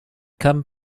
come